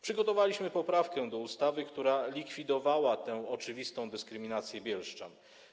Przygotowaliśmy poprawkę do ustawy, która likwidowała tę oczywistą dyskryminację bielszczan.